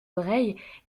oreilles